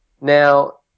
Now